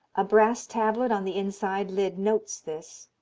a brass tablet on the inside lid notes this.